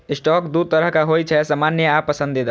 stock दू तरहक होइ छै, सामान्य आ पसंदीदा